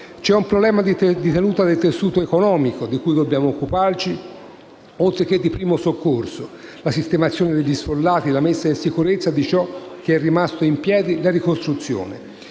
C'è un problema di tenuta del tessuto economico, di cui dobbiamo occuparci, oltre che di primo soccorso, la sistemazione degli sfollati, la messa in sicurezza di ciò che è rimasto in piedi, la ricostruzione.